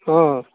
ହଁ